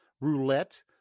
roulette